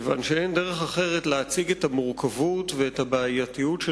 כיוון שאין דרך אחרת להציג את המורכבות והבעייתיות של